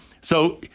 So-